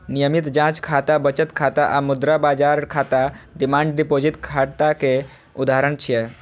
नियमित जांच खाता, बचत खाता आ मुद्रा बाजार खाता डिमांड डिपोजिट खाता के उदाहरण छियै